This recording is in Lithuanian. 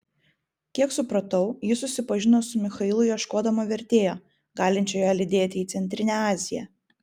kiek supratau ji susipažino su michailu ieškodama vertėjo galinčio ją lydėti į centrinę aziją